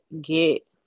get